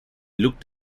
looked